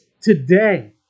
today